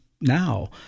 now